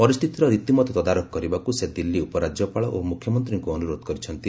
ପରିସ୍ଥିତିର ରୀତିମତ ତଦାରଖ କରିବାକ୍ ସେ ଦିଲ୍ଲୀ ଉପରାଜ୍ୟପାଳ ଓ ମୁଖ୍ୟମନ୍ତ୍ରୀଙ୍କୁ ଅନୁରୋଧ କରିଛନ୍ତି